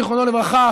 זיכרונו לברכה,